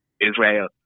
Israel